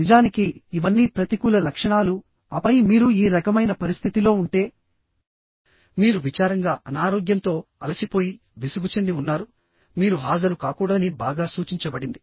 నిజానికి ఇవన్నీ ప్రతికూల లక్షణాలు ఆపై మీరు ఈ రకమైన పరిస్థితిలో ఉంటే మీరు విచారంగా అనారోగ్యంతో అలసిపోయి విసుగు చెంది ఉన్నారు మీరు హాజరు కాకూడదని బాగా సూచించబడింది